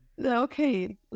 Okay